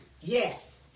Yes